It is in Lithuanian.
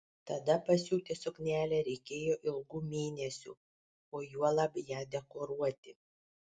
tada pasiūti suknelę reikėjo ilgų mėnesių o juolab ją dekoruoti